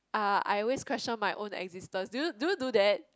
uh I always question my own existence do you do you do that